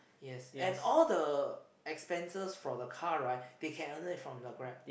yes and all the expenses for the car right they can earn it from the Grab